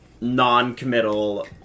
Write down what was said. non-committal